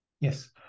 Yes